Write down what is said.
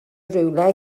rhywle